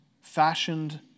fashioned